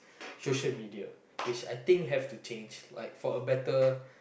social media which I think has to change like for a better